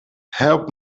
help